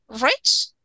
rich